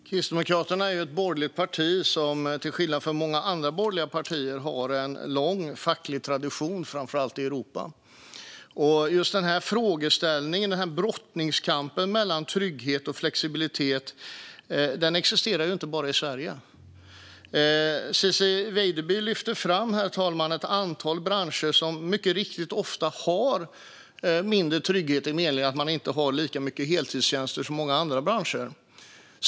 Herr talman! Kristdemokraterna är ett borgerligt parti som till skillnad från många andra borgerliga partier har en lång facklig tradition, framför allt i Europa. Just denna frågeställning, brottningskampen mellan trygghet och flexibilitet, existerar inte bara i Sverige. Ciczie Weidby lyfter, herr talman, fram ett antal branscher som mycket riktigt ofta har mindre trygghet i meningen att man inte har lika många heltidstjänster som många andra branscher.